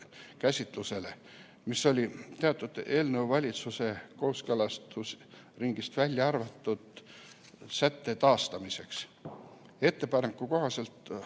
käsitlusele, mis [olid mõeldud] teatud eelnõu valitsuse kooskõlastusringist välja arvatud sätte taastamiseks. Ettepaneku kohaselt